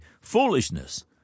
foolishness